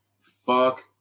Fuck